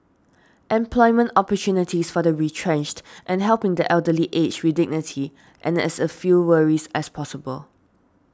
employment opportunities for the retrenched and helping the elderly age with dignity and as few worries as possible